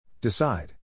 Decide